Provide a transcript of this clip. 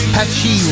Patchy